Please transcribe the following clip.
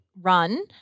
run